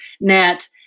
Nat